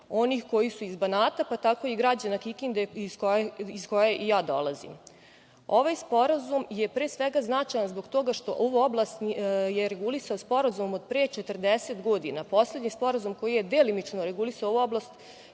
onih koji su iz Banata, pa tako i građana Kikinde, iz koje i ja dolazim. Ovaj sporazum je pre svega značajan zbog toga što je ovu oblast regulisao sporazum od preko 40 godina. Poslednji sporazum koji je delimično regulisao ovu oblasti